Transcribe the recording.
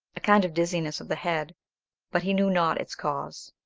a kind of dizziness of the head but he knew not its cause.